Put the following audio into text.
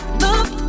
look